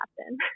happen